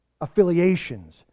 affiliations